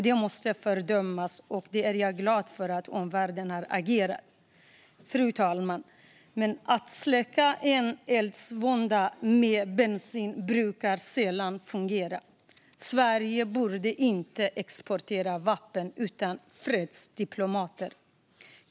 Det måste fördömas. Jag är glad för att omvärlden agerar. Fru talman! Att släcka en eldsvåda med bensin brukar dock sällan fungera. Sverige borde inte exportera vapen utan fredsdiplomater.